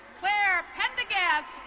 claire pendigas,